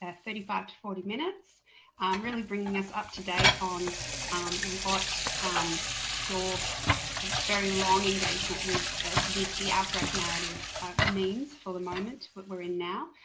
ah thirty five to forty minutes. i'm really bringing us up-to-date on what your very long engagement with with the outbreak narrative means for the moment that we're in now.